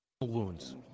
wounds